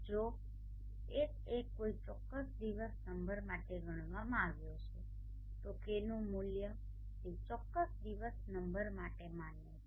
જો Ha કોઈ ચોક્કસ દિવસ નંબર માટે ગણવામાં આવ્યો છે તો KTનુ મૂલ્ય તે ચોક્કસ દિવસ નંબર માટે માન્ય છે